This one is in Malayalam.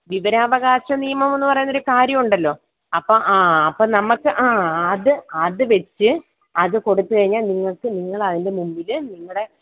വിവരാവകാശ നിയമം എന്ന് പറയുന്ന ഒരു കാര്യം ഉണ്ടല്ലോ അപ്പം ആ അപ്പം നമുക്ക് ആ അത് അത് വെച്ച് അത് കൊടുത്ത് കഴിഞ്ഞാൽ നിങ്ങൾക്ക് നിങ്ങളതിൻ്റെ മുമ്പിൽ നിങ്ങളുടെ